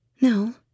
No